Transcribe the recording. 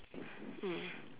mm